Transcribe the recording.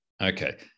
Okay